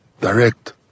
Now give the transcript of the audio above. direct